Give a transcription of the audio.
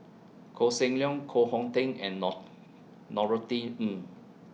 Koh Seng Leong Koh Hong Teng and Nor Norothy Ng